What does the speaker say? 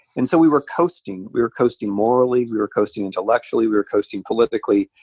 and so we were coasting. we were coasting morally, we were coasting intellectually, we were coasting politically,